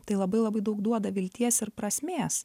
tai labai labai daug duoda vilties ir prasmės